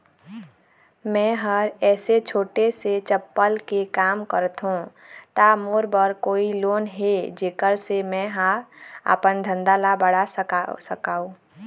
मैं हर ऐसे छोटे से चप्पल के काम करथों ता मोर बर कोई लोन हे जेकर से मैं हा अपन धंधा ला बढ़ा सकाओ?